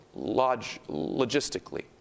logistically